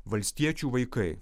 valstiečių vaikai